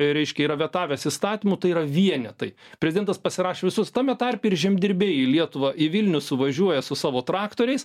reiškia yra vetavęs įstatymų tai yra vienetai prezidentas pasirašė visus tame tarpe ir žemdirbiai į lietuvą į vilnių suvažiuoja su savo traktoriais